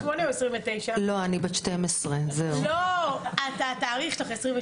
באתי לכבד אותך, יושבת הראש, אני מסכימה עם כל